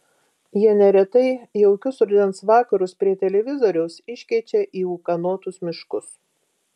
jie neretai jaukius rudens vakarus prie televizoriaus iškeičia į ūkanotus miškus